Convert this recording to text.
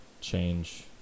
change